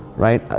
right? ah